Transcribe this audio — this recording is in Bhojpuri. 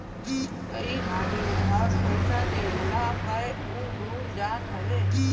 कई हाली उधार पईसा देहला पअ उ डूब जात हवे